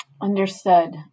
Understood